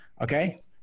okay